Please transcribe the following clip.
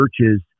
churches